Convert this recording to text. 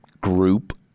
group